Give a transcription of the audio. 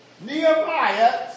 Nehemiah